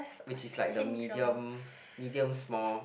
which is like the medium medium small